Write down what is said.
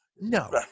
no